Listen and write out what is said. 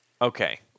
Okay